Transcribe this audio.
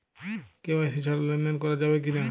KYC ছাড়া লেনদেন করা যাবে কিনা?